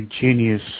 genius